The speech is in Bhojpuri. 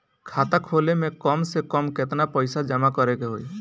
खाता खोले में कम से कम केतना पइसा जमा करे के होई?